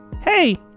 Hey